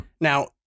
Now